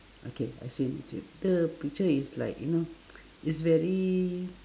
okay I see in youtube the picture is like you know it's very